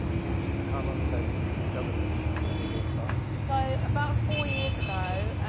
yeah and how long ago did you discover this? and where did it all start? so, about four years ago,